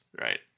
Right